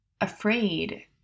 afraid